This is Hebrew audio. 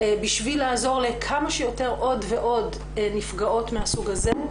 כדי לעזור לעוד ועוד נפגעות מהסוג הזה.